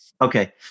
Okay